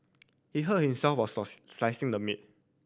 he hurt himself while slicing the meat